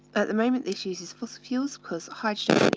at the moment, this uses fossil fuels because hydrogen